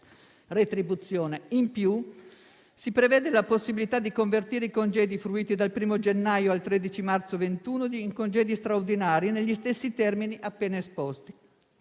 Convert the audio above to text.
Si prevede inoltre la possibilità di convertire i congedi fruiti dal primo gennaio al 13 marzo 2021 in congedi straordinari negli stessi termini appena esposti.